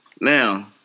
Now